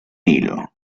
nilo